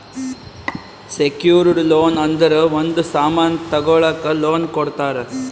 secured loan ಅಂದುರ್ ಒಂದ್ ಸಾಮನ್ ತಗೊಳಕ್ ಲೋನ್ ಕೊಡ್ತಾರ